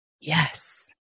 Yes